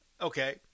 Okay